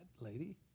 lady